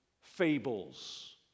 fables